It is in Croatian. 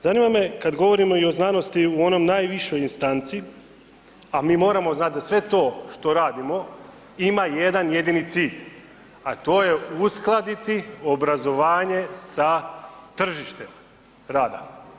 Zanima me kada govorimo i o znanosti u onoj najvišoj instanci, a mi moramo znati da sve to što radimo ima jedan jedini cilj, a to je uskladiti obrazovanje sa tržištem rada.